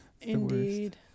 Indeed